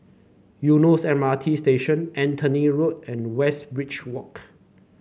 Eunos M R T Station Anthony Road and Westridge Walk